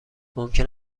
ممکن